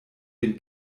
den